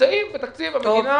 נמצאים בתקציב המדינה